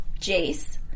Jace